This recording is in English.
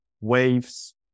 waves